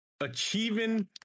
achieving